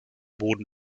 boden